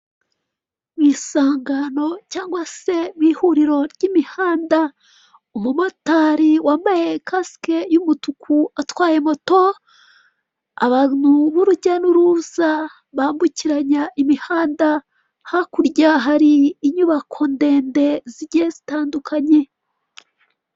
Mu isangano cyangwa se mu ihuriro ry'imihanda, umumotari wambaye kasike y'umutuku atwaye moto; abantu b'urujya n'uruza bambukiranya imihanda hakurya hari inyubako ndende zigiye zitandukanye.